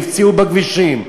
נפצעו בכבישים,